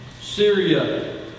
Syria